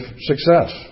success